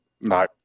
No